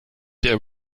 der